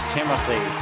Timothy